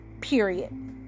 period